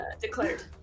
declared